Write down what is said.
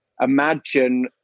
imagine